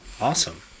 Awesome